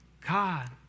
God